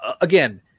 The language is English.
again